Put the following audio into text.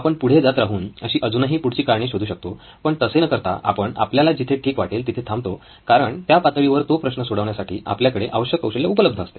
आपण पुढे जात राहून अशी अजूनही पुढची कारणे शोधू शकतो पण तसे न करता आपण आपल्याला जिथे ठीक वाटेल तिथे थांबतो कारण त्या पातळीवर तो प्रश्न सोडवण्यासाठी आपल्याकडे आवश्यक कौशल्य उपलब्ध असते